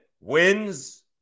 wins